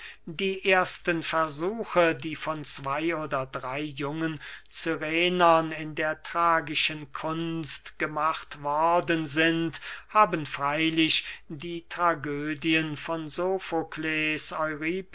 die ersten versuche die von zwey oder drey jungen cyrenern in der tragischen kunst gemacht worden sind haben freylich die tragödien von